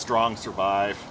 strong survive